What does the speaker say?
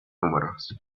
números